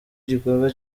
igikorwa